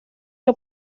que